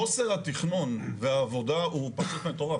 חוסר התכנון והעבודה הוא פשוט מטורף.